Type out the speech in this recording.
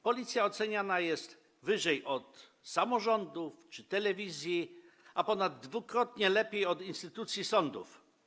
Policja oceniana jest wyżej od samorządów czy telewizji, a ponad 2-krotnie lepiej od instytucji sądów.